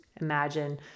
imagine